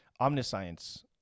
Omniscience